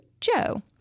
Joe